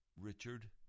Richard